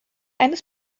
eines